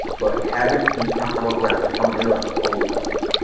but having more ground. that common interests, always helps.